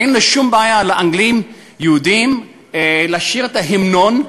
אין שום בעיה לאנגלים יהודים לשיר את ההמנון,